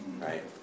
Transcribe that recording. right